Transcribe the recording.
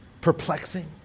perplexing